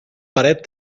paret